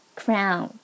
crown